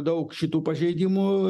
daug šitų pažeidimų